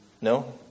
No